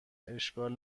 اشکال